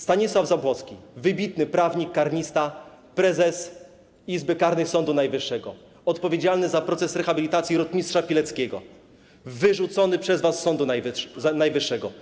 Stanisław Zabłocki, wybitny prawnik, karnista, prezes Izby Karnej Sądu Najwyższego, odpowiedzialny za proces rehabilitacji rotmistrza Pileckiego, wyrzucony przez was z Sądu Najwyższego.